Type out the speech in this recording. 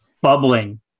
Bubbling